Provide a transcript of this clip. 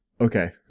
Okay